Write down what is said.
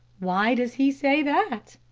why does he say that?